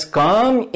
come